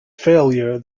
failure